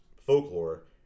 folklore